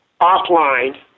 offline